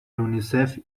یونیسف